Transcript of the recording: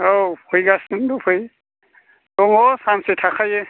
औ फैगासिनो फै दङ सानसे थाखायो